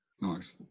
nice